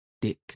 Dick